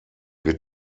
wird